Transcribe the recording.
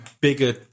bigger